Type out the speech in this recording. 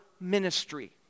ministry